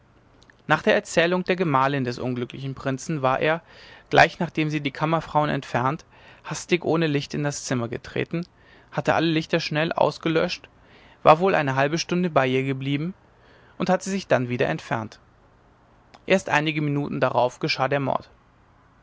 nach der erzählung der gemahlin des unglücklichen prinzen war er gleich nachdem sie die kammerfrauen entfernt hastig ohne licht in das zimmer getreten hatte alle lichter schnell ausgelöscht war wohl eine halbe stunde bei ihr geblieben und hatte sich dann wieder entfernt erst einige minuten darauf geschah der mord